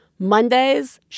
Mondays